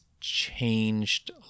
changed